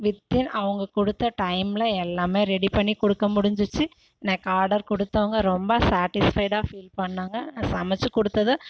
within அவங்க கொடுத்த டைமில் எல்லாமே ரெடி பண்ணி கொடுக்க முடிஞ்சிச்சி எனக்கு ஆடர் கொடுத்தவங்க ரொம்ப சேட்டிஸ்ஃபைடாக ஃபீல் பண்ணாங்க நான் சமைச்சு கொடுத்தத